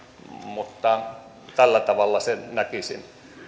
mutta tällä tavalla sen näkisin